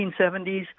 1970s